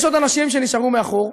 יש עוד אנשים שנשארו מאחור,